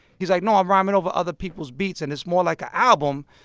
he's like, no, i'm rhyming over other people's beats. and it's more like an album.